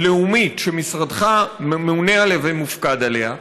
לאומית שמשרדך ממונה עליה ומופקד עליה,